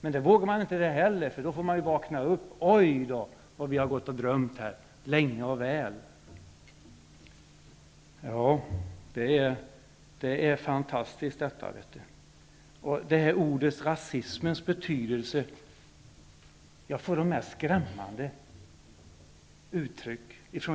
Men det vågar man inte. Då måste man ju vakna upp och inse att man har gått och drömt länge och väl. Det här är fantastiskt. Så till betydelsen av ordet rasism. När jag har suttit och pratat med